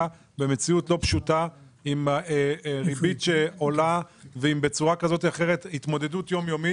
במציאות לא פשוטה עם ריבית שעולה ועם התמודדות יום יומית?